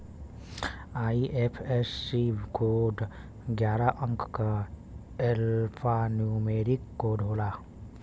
IFSC code ग्यारह अंक क एल्फान्यूमेरिक कोड होला